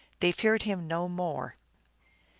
they feared him no more.